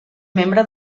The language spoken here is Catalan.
membre